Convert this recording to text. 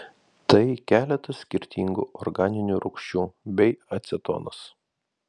tai keletas skirtingų organinių rūgščių bei acetonas